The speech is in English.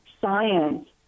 science